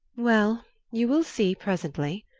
well you will see, presently.